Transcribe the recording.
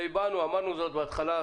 והבענו זאת ואמרנו זאת בהתחלה,